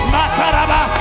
Mataraba